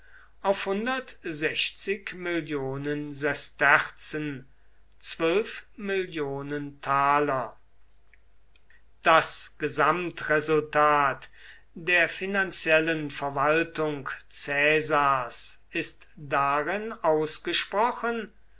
auf mill sesterzen das gesamtresultat der finanziellen verwaltung caesars ist darin ausgesprochen